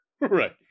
Right